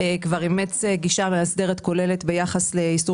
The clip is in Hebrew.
כבר אימץ גישה מאסדרת וכוללת ביחס לאיסור